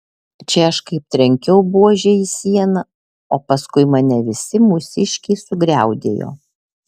čia aš kaip trenkiau buože į sieną o paskui mane visi mūsiškiai sugriaudėjo